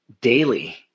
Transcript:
daily